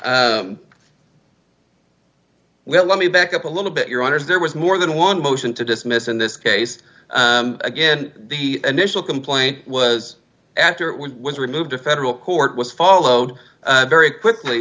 well let me back up a little bit your honor there was more than one motion to dismiss in this case again the initial complaint was after it was removed a federal court was followed very quickly